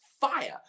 Fire